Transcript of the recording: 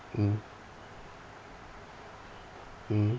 mm mmhmm